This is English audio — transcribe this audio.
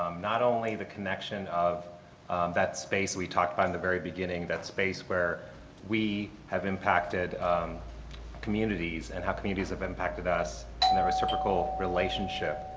um not only the connection of that space we talked about in the very beginning, that space where we have impacted communities and how communities have impacted us and that reciprocal relationship,